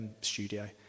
studio